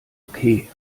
okay